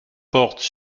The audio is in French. portent